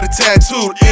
tattooed